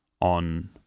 on